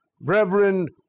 Reverend